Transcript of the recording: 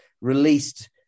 released